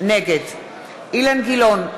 נגד אילן גילאון,